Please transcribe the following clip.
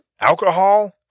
Alcohol